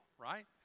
right